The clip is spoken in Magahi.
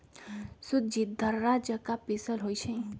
सूज़्ज़ी दर्रा जका पिसल होइ छइ